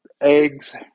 eggs